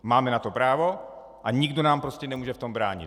Máme na to právo a nikdo nám prostě nemůže v tom bránit.